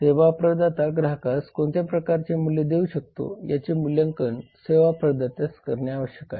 सेवा प्रदाता ग्राहकास कोणत्या प्रकारचे मूल्य देऊ शकते याचे मूल्यांकन सेवा प्रदात्यास करणे आवश्यक आहे